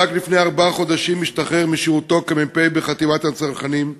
שרק לפני ארבעה חודשים השתחרר משירותו כמ"פ בחטיבת הצנחנים,